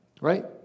right